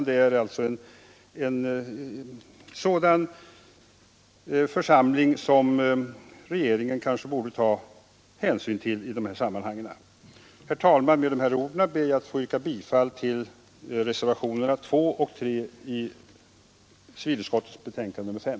Detta är en sådan grupp som regeringen kanske borde ta hänsyn till i dessa sammanhang. Herr talman! Med dessa ord ber jag att få yrka bifall till reservationerna 2 a och 3 i civilutskottets betänkande nr 5.